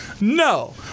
no